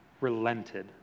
relented